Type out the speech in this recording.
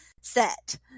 set